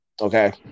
Okay